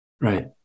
Right